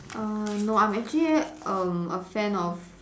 uh no I'm actually um a fan of